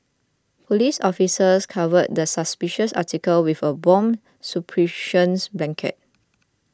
police officers covered the suspicious article with a bomb suppressions blanket